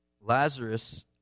Lazarus